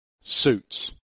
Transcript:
suits